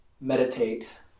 meditate